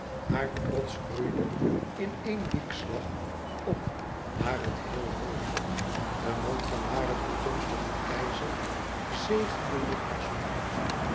haar trots roeide in een wiekslag op naar het heel hooge den mond van haren toekomstigen keizer zegelde nog haar zoen